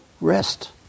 rest